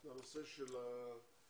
זה הנושא של החנינות.